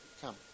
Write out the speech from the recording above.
Come